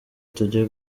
tugiye